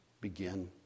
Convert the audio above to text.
begin